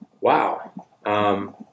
wow